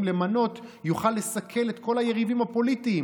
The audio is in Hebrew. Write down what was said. למנות יוכל לסכל את כל היריבים הפוליטיים.